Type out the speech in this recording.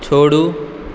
छोड़ू